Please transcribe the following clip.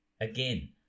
Again